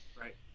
Right